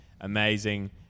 Amazing